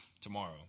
tomorrow